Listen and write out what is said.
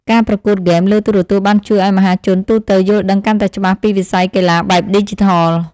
ការប្រកួតហ្គេមលើទូរទស្សន៍បានជួយឱ្យមហាជនទូទៅយល់ដឹងកាន់តែច្បាស់ពីវិស័យកីឡាបែបឌីជីថល។